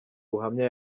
buhamya